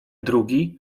drugi